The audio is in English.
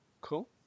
cool